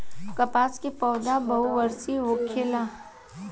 कपास के पौधा बहुवर्षीय होखेला